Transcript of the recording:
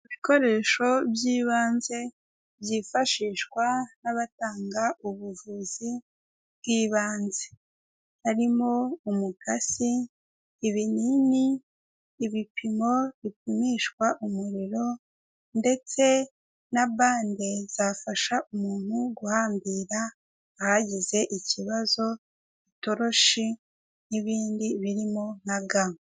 Ibikoresho by'ibanze byifashishwa n'abatanga ubuvuzi bw'ibanze, harimo umukasi, ibinini, ibipimo bipimishwa umuriro, ndetse na bande zafasha umuntu guhambira ahagize ikibazo, itoroshi n'ibindi birimo nka ga.